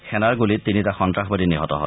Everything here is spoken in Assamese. সেনাৰ গুলীত তিনিটা সন্তাসবাদী নিহত হয়